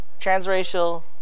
transracial